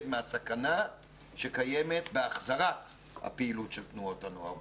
מהסכנה שקיימת בהחזרת הפעילות של תנועות הנוער,